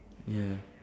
ya